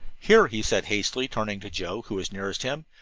here, he said hastily, turning to joe, who was nearest him,